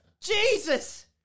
Jesus